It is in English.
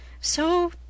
so